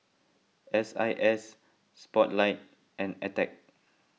S I S Spotlight and Attack